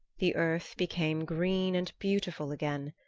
the earth became green and beautiful again,